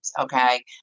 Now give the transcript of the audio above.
okay